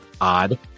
odd